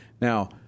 Now